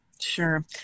Sure